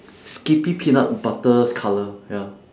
skippy peanut butter's colour ya